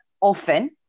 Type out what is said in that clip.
often